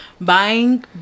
buying